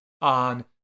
on